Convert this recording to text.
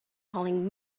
calling